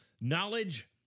knowledge